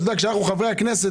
עובדה שאנחנו חברי הכנסת